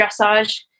dressage